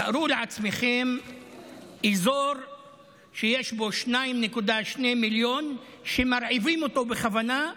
תארו לעצמכם אזור שיש בו 2.2 מיליון שמרעיבים אותם בכוונה,